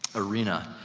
arena.